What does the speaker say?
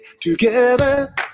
together